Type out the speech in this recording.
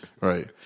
Right